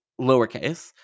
lowercase